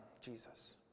Jesus